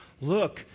look